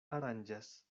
aranĝas